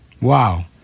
Wow